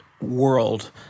world